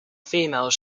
females